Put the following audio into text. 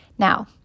Now